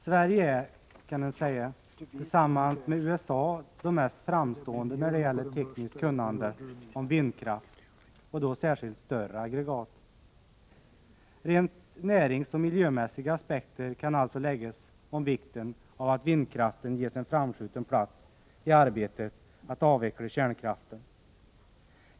Sverige är, kan man säga, tillsammans med USA det mest framstående landet när det gäller tekniskt kunnande om vindkraft och då särskilt beträffande större aggregat. Rent näringsoch miljömässiga aspekter kan alltså läggas på vikten av att vindkraften ges en framskjuten plats i arbetet med att avveckla kärnkraften.